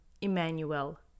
Emmanuel